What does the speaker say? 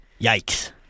Yikes